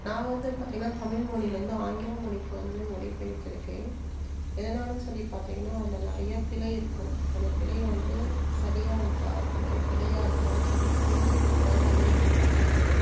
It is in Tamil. நான் வந்து பார்த்திங்கனா தமிழ் மொழிலருந்து ஆங்கில மொழிக்கு வந்து மொழி பெயர்த்துருக்கேன் எதனால சொல்லி பார்த்திங்கனா அதில் நிறையா பிழை இருக்கும் அந்த பிழைய வந்து சரியாக இருக்கா இல்லை பிழையா இருக்கான்னு சொல்லி தெரிஞ்சுக்கருத்துக்காக அதையே போட்டு பார்ப்போம்